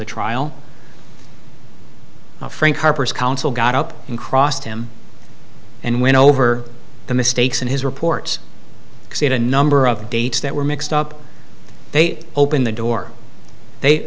the trial frank harper's counsel got up and crossed him and went over the mistakes in his reports said a number of dates that were mixed up they open the door they